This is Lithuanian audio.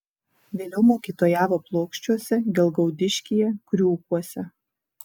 vėliau mokytojavo plokščiuose gelgaudiškyje kriūkuose